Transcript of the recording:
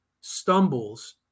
stumbles